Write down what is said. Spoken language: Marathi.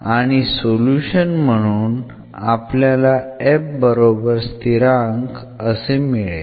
आणि सोल्युशन म्हणून आपल्याला f बरोबर स्थिरांक असे मिळेल